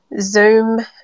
zoom